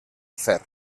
fer